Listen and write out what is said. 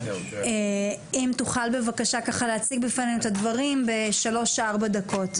אם תוכל בבקשה להציג בפנינו את הדברים בשלוש ארבע דקות.